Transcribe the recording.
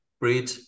breathe